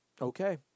Okay